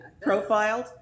profiled